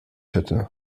hätte